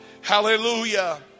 Hallelujah